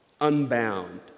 unbound